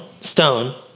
stone